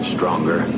Stronger